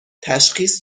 تشخیص